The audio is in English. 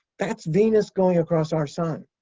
that's venus going across our sun.